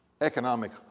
Economic